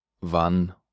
wann